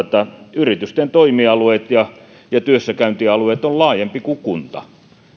yritysten toimialueet ja ja työssäkäyntialueet ovat laajempia kuin kunta